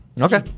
Okay